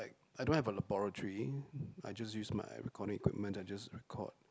like I don't have a laboratory I just use my recording equipment I just record